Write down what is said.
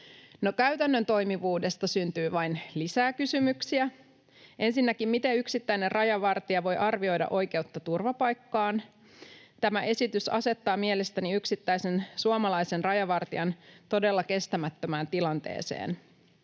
Käytännön toimivuudesta syntyy vain lisää kysymyksiä. Ensinnäkin, miten yksittäinen rajavartija voi arvioida oikeutta turvapaikkaan? Tämä esitys asettaa mielestäni yksittäisen suomalaisen rajavartijan todella kestämättömään tilanteeseen.